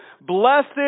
blessed